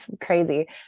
crazy